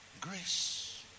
Grace